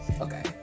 okay